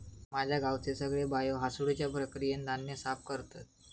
माझ्या गावचे सगळे बायो हासडुच्या प्रक्रियेन धान्य साफ करतत